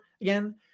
again